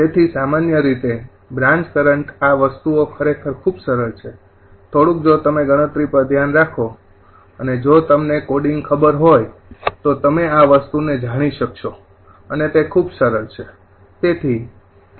તેથી સામાન્ય રીતે બ્રાન્ચ કરંટ આ વસ્તુઓ ખરેખર ખૂબ સરળ છે થોડુંક જો તમે ગણતરી પર ધ્યાન રાખો અને જો તમને કોડિંગ ખબર હોય તો તમે આ વસ્તુઓ જાણી શકશો અને તે ખરેખર ખૂબ સરળ છે